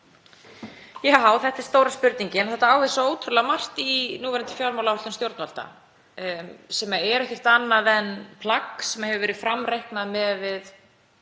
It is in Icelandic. Já, þetta er stóra spurningin og þetta á við svo ótrúlega margt í núverandi fjármálaáætlun stjórnvalda sem er ekkert annað en plagg sem hefur verið framreiknað miðað við